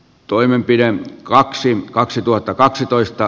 toimenpiteen kaksi kaksituhattakaksitoista